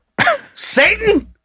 Satan